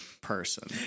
person